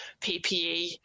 PPE